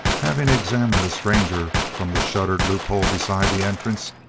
having examined the stranger from the shuttered loophole beside the entrance,